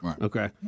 Okay